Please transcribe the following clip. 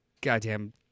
goddamn